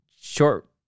short